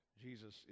Jesus